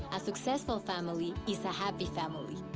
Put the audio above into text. a successful family is a happy family.